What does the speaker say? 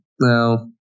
Now